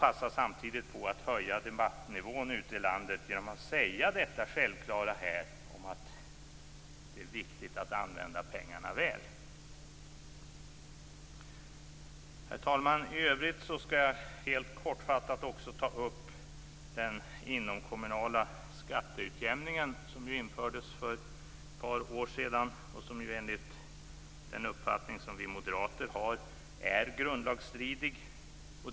Passa samtidigt på att höja debattnivån ute i landet genom att här säga det som är en självklarhet, dvs. att det är viktigt använda pengarna väl! Herr talman! I övrigt skall jag helt kortfattat ta upp den inomkommunala skatteutjämningen, som ju infördes för ett par år sedan och som enligt moderat uppfattning är grundlagsstridig.